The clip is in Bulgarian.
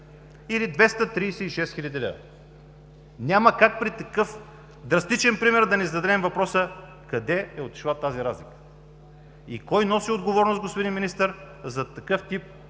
или 236 хил. лв. Няма как при такъв драстичен пример да не зададем въпроса: къде е отишла тази разлика и кой носи отговорност, господин Министър, за такъв тип